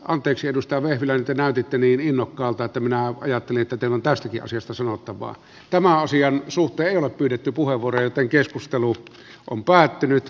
anteeksi edustavat eläinten tittelin innokkaalta töminää ajattelitte pelon taas teki asiasta sanottavaa tämän asian suhteen on pidetty puhevuoro joten keskustelu on päättynyt